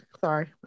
sorry